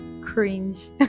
cringe